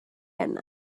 yna